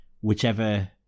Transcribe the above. whichever